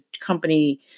company